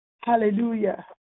hallelujah